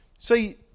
See